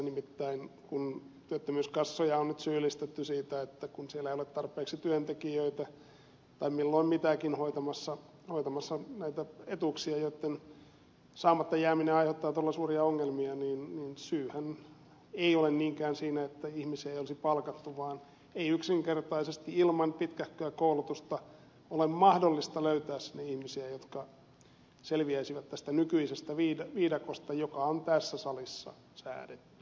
nimittäin kun työttömyyskassoja on nyt syyllistetty siitä että kun siellä ei ole tarpeeksi työntekijöitä tai milloin mitäkin hoitamassa näitä etuuksia joitten saamatta jääminen aiheuttaa todella suuria ongelmia niin syyhän ei ole niinkään siinä että ihmisiä ei olisi palkattu vaan ei yksinkertaisesti ilman pitkähköä koulutusta ole mahdollista löytää sinne ihmisiä jotka selviäisivät tästä nykyisestä viidakosta joka on tässä salissa säädetty